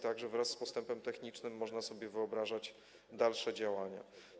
Tak że wraz z postępem technicznym można sobie wyobrażać dalsze działania.